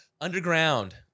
underground